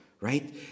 right